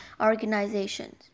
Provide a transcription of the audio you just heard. organizations